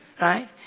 right